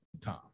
time